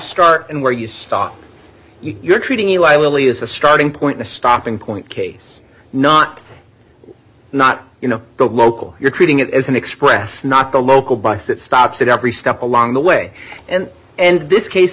start and where you stop your treating you i only as a starting point a stopping point case not not you know the local you're treating it as an express not the local bus that stops at every stop along the way and and this case